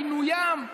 עינוים,